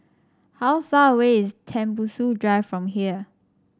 how far away is Tembusu Drive from here